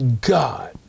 God